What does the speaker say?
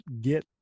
get